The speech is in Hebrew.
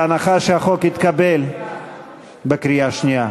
בהנחה שהחוק יתקבל בקריאה שנייה.